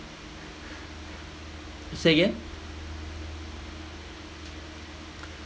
say again